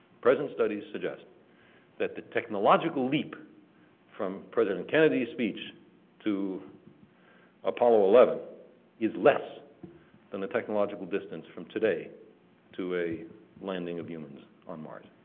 present studies suggest that the technological leap from president kennedy's speech to apollo eleven is less than the technological distance from today to a landing of humans on mars.